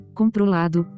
controlado